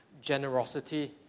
generosity